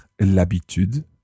l'habitude